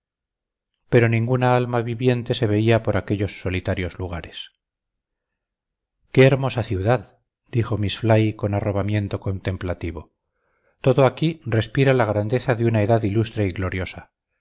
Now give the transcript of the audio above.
pero ningún alma viviente se veía por aquellos solitarios lugares qué hermosa ciudad dijo miss fly con arrobamiento contemplativo todo aquí respira la grandeza de una edad ilustre y gloriosa